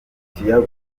thiago